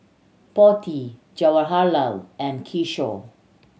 Potti Jawaharlal and Kishore